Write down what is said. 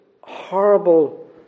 horrible